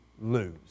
lose